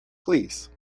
please